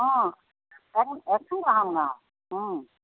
অঁ একো হোৱা নাই অঁ